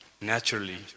naturally